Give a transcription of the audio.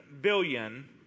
billion